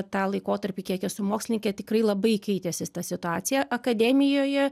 tą laikotarpį kiek esu mokslininkė tikrai labai keitėsi ta situacija akademijoje